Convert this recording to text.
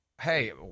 Hey